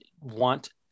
want